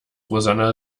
rosanna